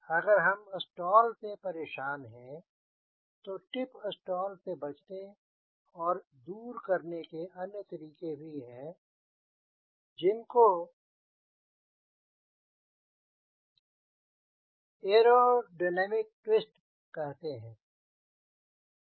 अगर हम स्टॉल से परेशान हैं तो टिप स्टॉल से बचने और दूर करने के अन्य तरीके भी हैं जिनको एयरोडायनेमिक ट्विस्ट कहते हैं